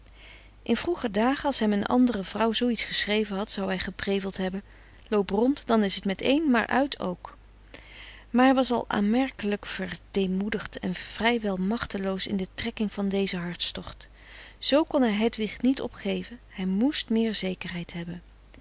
in vroeger dagen als hem een andere vrouw zooiets geschreven had zou hij gepreveld hebben loop rond dan is t met één maar uit ook maar hij was al aanmerkelijk verdeemoedigd en vrij wel machteloos in de trekking van dezen hartstocht z kon hij hedwig niet opgeven hij moest meer zekerheid hebben